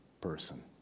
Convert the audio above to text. person